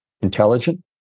intelligent